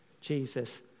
Jesus